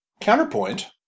Counterpoint